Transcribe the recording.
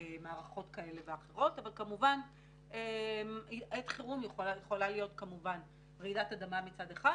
מערכות כאלה ואחרות אבל עת חירום יכולה להיות כמובן רעידת אדמה מצד אחד,